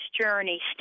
journey